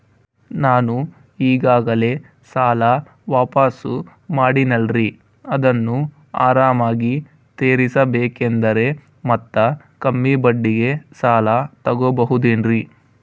ನಾನು ಈಗಾಗಲೇ ಸಾಲ ವಾಪಾಸ್ಸು ಮಾಡಿನಲ್ರಿ ಅದನ್ನು ಆರಾಮಾಗಿ ತೇರಿಸಬೇಕಂದರೆ ಮತ್ತ ಕಮ್ಮಿ ಬಡ್ಡಿಗೆ ಸಾಲ ತಗೋಬಹುದೇನ್ರಿ?